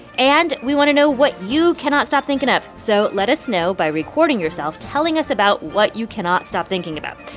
and we want to know what you cannot stop thinking of. so let us know by recording yourself telling us about what you cannot stop thinking about.